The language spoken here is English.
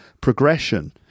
progression